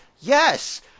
Yes